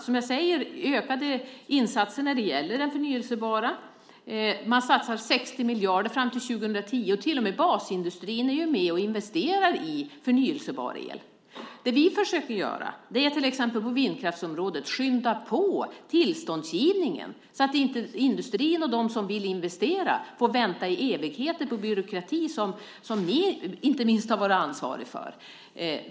Det är ökade insatser när det gäller det förnybara. Man satsar 60 miljarder till 2010. Till och med basindustrin är med och investerar i förnybar el. Vi försöker till exempel skynda på tillståndsgivningen på vindkraftsområdet så att inte industrin och de som vill investera behöver vänta i evigheter på en byråkrati som inte minst ni har varit ansvariga för.